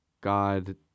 god